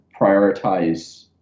prioritize